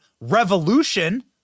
revolution